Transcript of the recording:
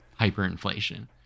hyperinflation